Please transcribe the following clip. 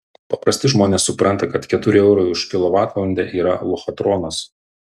paprasti žmonės supranta kad keturi eurai už kilovatvalandę yra lochatronas